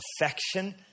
affection